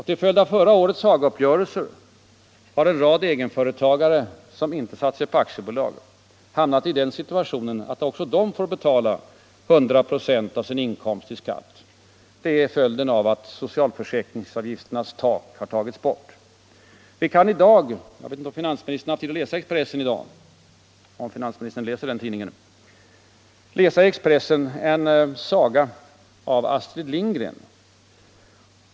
Till följd av förra årets Hagauppgörelse har en rad egenföretagare, som inte har satt sig på aktiebolag, hamnat i den situationen att också de får betala 100 96 av sin inkomst i skatt. Det är följden av att socialförsäkringsavgifternas tak har tagits bort. Jag vet inte om finansminstern har haft tid att läsa Expressen i dag —- om nu finansminstern läser den tidningen — men där finns en saga av Astrid Lindgren.